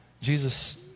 Jesus